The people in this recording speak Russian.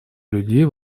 людей